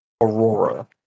Aurora